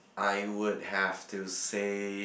I would have to say